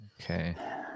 Okay